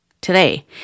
today